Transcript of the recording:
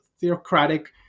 theocratic